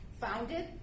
founded